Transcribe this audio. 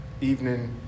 evening